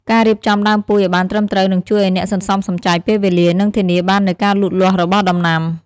ការរៀបចំដើមពូជឱ្យបានត្រឹមត្រូវនឹងជួយឱ្យអ្នកសន្សំសំចៃពេលវេលា និងធានាបាននូវការលូតលាស់របស់ដំណាំ។